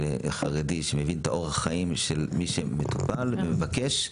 חרדי שמבין את אורח החיים של מי שמטופל ומבקש,